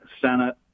Senate